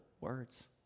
words